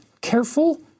careful